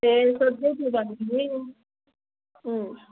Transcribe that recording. ए सोद्धै थियो भनिदिनु है